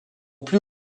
plus